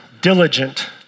diligent